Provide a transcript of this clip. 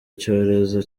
cyorezo